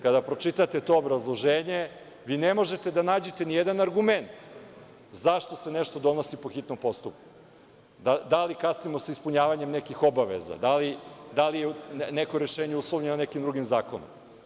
Kada pročitate to obrazloženje vi ne možete da nađete nijedan argument zašto se nešto donosi po hitnom postupku, da li kasnimo sa ispunjavanjem nekih obaveza, da li je neko rešenje uslovljeno nekim drugim zakonom.